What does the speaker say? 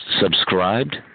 subscribed